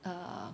err